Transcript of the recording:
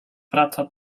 praca